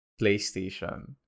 PlayStation